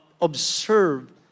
observe